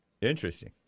Interesting